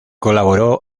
colaboró